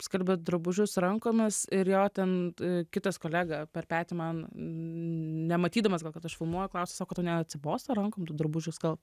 skalbia drabužius rankomis ir jo ten kitas kolega per petį man nematydamasgal kad aš filmuoju sako tau neatsibosta rankom tų drabužių skalbt